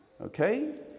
okay